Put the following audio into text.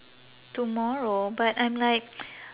tomorrow but I'm like